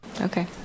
Okay